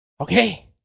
Okay